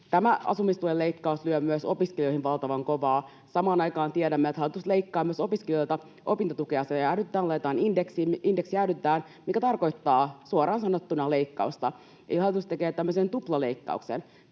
Tämä asumistuen leikkaus lyö myös opiskelijoihin valtavan kovaa. Samaan aikaan tiedämme, että hallitus leikkaa myös opiskelijoilta opintotukea. Indeksi jäädytetään, mikä tarkoittaa suoraan sanottuna leikkausta. Eli hallitus tekee tämmöisen tuplaleikkauksen.